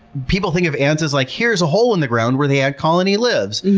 people think of ants as like, here's a hole in the ground where the ant colony lives.